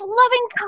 loving